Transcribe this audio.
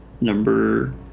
Number